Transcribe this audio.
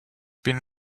been